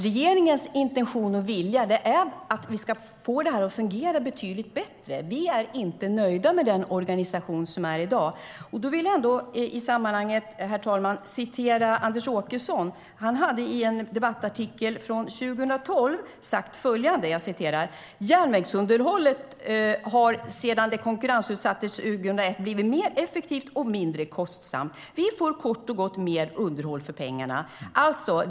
Regeringens intention och vilja är att vi ska få detta att fungera betydligt bättre. Vi är inte nöjda med den organisation som finns i dag. Jag vill i sammanhanget, herr talman, citera Anders Åkesson. Han säger i en debattartikel från 2012 följande: "Järnvägsunderhållet har sedan det konkurrensutsattes 2001, blivit mer effektivt och mindre kostsamt. Vi får kort och gott mer underhåll för pengarna."